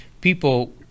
people